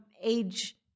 age